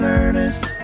earnest